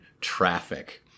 traffic